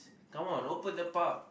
come on open the park